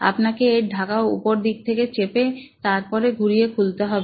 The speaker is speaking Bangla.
আপনাকে এর ধরা উপর দিক থেকে চেপে তারপর ঘুরিয়ে খুলতে হবে